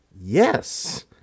Yes